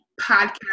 podcast